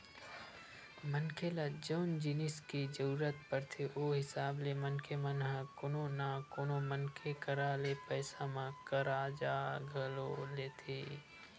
मनखे ल जउन जिनिस के जरुरत पड़थे ओ हिसाब ले मनखे मन ह कोनो न कोनो मनखे करा ले पइसा म करजा घलो लेथे